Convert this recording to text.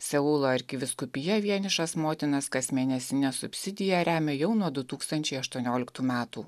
seulo arkivyskupija vienišas motinas kasmėnesine subsidija remia jau nuo du tūkstančiai aštuonioliktų metų